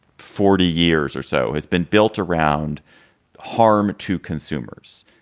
forty years or so has been built around harm to consumers,